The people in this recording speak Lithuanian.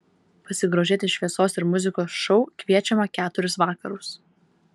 pasigrožėti šviesos ir muzikos šou kviečiama keturis vakarus